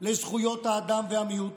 לזכויות האדם והמיעוט,